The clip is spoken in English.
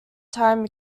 time